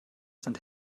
sind